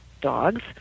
dogs